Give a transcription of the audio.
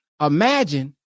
Imagine